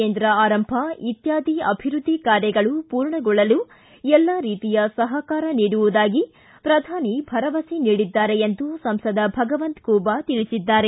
ಕೇಂದ್ರ ಆರಂಭ ಇತ್ಯಾದಿ ಅಭಿವ್ಯದ್ದಿ ಕಾರ್ಯಗಳು ಮೂರ್ಣಗೊಳ್ಳಲು ಎಲ್ಲಾ ರೀತಿಯ ಸಹಕಾರ ನೀಡುವುದಾಗಿ ಪ್ರಧಾನಿ ಭರವಸೆ ನೀಡಿದ್ದಾರೆ ಎಂದು ಸಂಸದ ಭಗವಂತ ಖೂಬ ತಿಳಿಸಿದ್ದಾರೆ